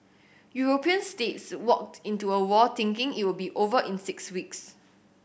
European states walked into a war thinking it will be over in six weeks